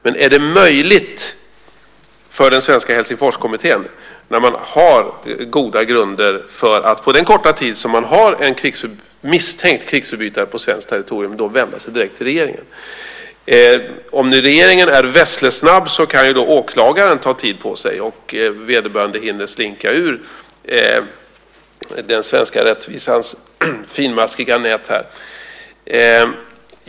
Men är det möjligt för den svenska Helsingforskommittén, när man har goda grunder, att på den korta tid som man har en misstänkt krigsförbrytare på svenskt territorium vända sig direkt till regeringen? Även om nu regeringen är vesslesnabb kan ju åklagaren ta tid på sig och vederbörande hinna slinka ur den svenska rättvisans finmaskiga nät.